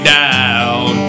down